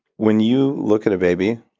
when you look at a baby,